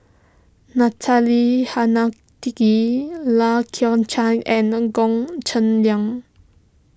Natalie Hennedige Lai Kew Chai and an Goh Cheng Liang